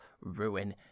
ruin